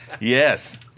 yes